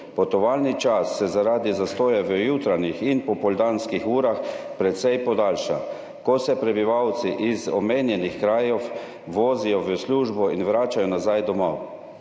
Potovalni čas se zaradi zastojev v jutranjih in popoldanskih urah precej podaljša, ko se prebivalci iz omenjenih krajev vozijo v službo in vračajo nazaj domov.